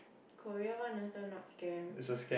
Korea one also not scam